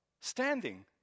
standing